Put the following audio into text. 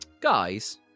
guys